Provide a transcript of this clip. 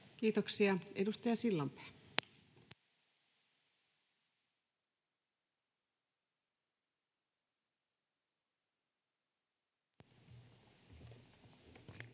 Kiitoksia. — Edustaja Sillanpää. Arvoisa